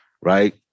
right